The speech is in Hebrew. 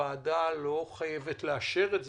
הוועדה לא חייבת לאשר את זה,